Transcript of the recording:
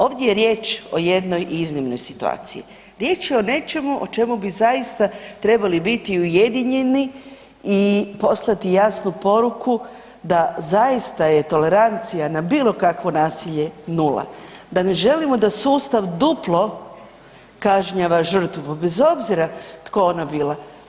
Ovdje je riječ o jednoj iznimnoj situaciji, riječ je o nečemu o čemu bi zaista trebali biti ujedinjeni i poslati jasnu poruku da zaista je tolerancija na bilo kakvo nasilje nula, da ne želimo da sustav duplo kažnjava žrtvu, bez obzira tko ona bila.